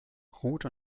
ruth